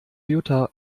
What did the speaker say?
jutta